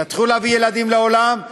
תתחילו להביא ילדים לעולם,